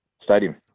stadium